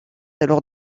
alors